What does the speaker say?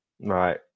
Right